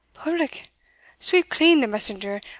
public sweepclean, the messenger,